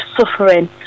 suffering